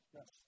Yes